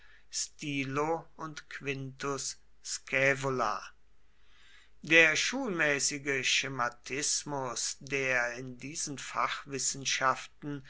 stilo und quintus scaevola der schulmäßige schematismus der in diesen fachwissenschaften